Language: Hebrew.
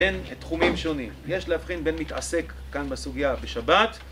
בין תחומים שונים. יש להבחין בין מתעסק כאן בסוגיא בשבת.